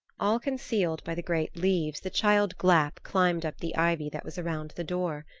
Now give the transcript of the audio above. all concealed by the great leaves the child glapp climbed up the ivy that was around the door.